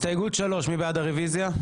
הסתייגות מספר 40, מי בעד הרביזיה?